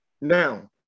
Now